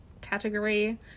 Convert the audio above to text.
category